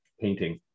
Painting